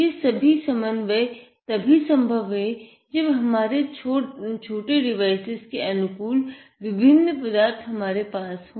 ये सभी समन्वय तभी सम्भव है जब हमारे छोटे डिवाइसेस के अनुकूल विभिन्न पदार्थ हमारे पास हो